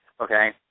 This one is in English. okay